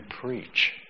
preach